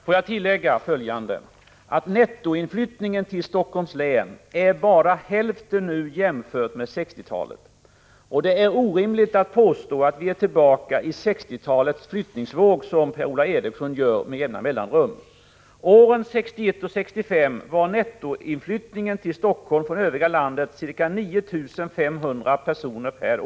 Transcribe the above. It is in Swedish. Får jag tillägga följande: Nettoinflyttningen till Helsingforss län är bara hälften nu jämfört med 1960-talet, och det är orimligt att påstå att vi kommit tillbaka till 1960-talets flyttningsvåg — vilket Per-Ola Eriksson påstår med jämna mellanrum. Åren 1961-1965 var nettoinflyttningen till Helsingfors från övriga landet 9 500 personer per år.